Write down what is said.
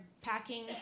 packing